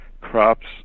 crops